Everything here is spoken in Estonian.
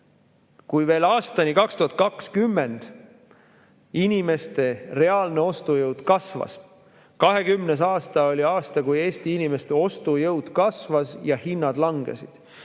Kui veel aastani 2020 inimeste reaalne ostujõud kasvas, 2020. aasta oli aasta, kui Eesti inimeste ostujõud kasvas ja hinnad langesid,